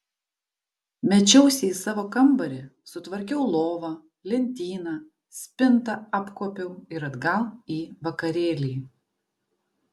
mečiausi į savo kambarį sutvarkiau lovą lentyną spintą apkuopiau ir atgal į vakarėlį